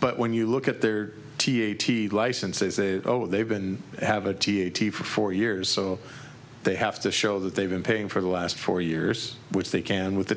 but when you look at their t eighty licenses a oh they've been have a t eighty for four years so they have to show that they've been paying for the last four years which they can with the